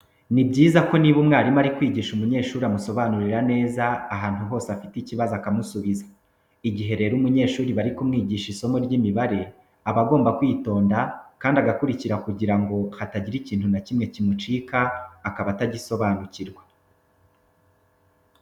Ni byiza ko niba umwarimu ari kwigisha umunyeshuri amusobanurira neza ahantu hose afite ikibazo akamusubiza. Igihe rero umunyeshuri bari kumwigisha isomo ry'imibare aba agomba kwitonda kandi agakurikira kugira ngo hatagira ikintu na kimwe kimucika akaba atagisobanukirwa.